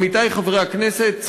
עמיתי חברי הכנסת,